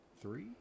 Three